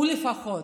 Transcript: הוא, לפחות.